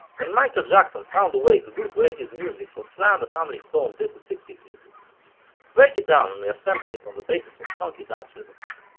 when michael jackson found a way to do to eighties music what sly and the family stone did to sixties music break it down and reassemble it on the basis of funky dance rhythms.